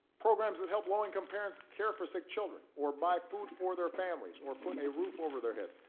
programs that help low-income parents care for sick children, or buy food for their families, or put a roof over their heads,